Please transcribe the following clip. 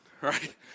right